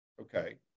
Okay